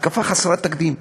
התקפה חסרת תקדים,